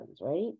right